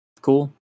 cool